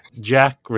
Jack